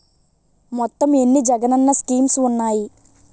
మొత్తం ఎన్ని జగనన్న స్కీమ్స్ ఉన్నాయి?